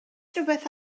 rhywbeth